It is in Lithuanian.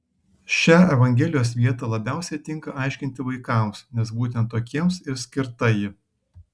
šią evangelijos vietą labiausiai tinka aiškinti vaikams nes būtent tokiems ir skirta ji